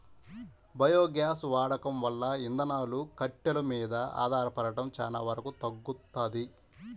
biogas వాడకం వల్ల ఇంధనాలు, కట్టెలు మీద ఆధారపడటం చానా వరకు తగ్గుతది